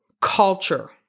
culture